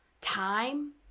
time